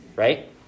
right